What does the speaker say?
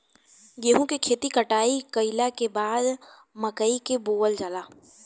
गेहूं के खेती कटाई कइला के बाद मकई के बोअल जाला